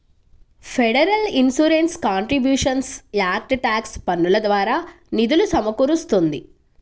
federal insurance contributions act tax పన్నుల ద్వారా నిధులు సమకూరుస్తుంది